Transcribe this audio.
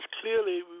clearly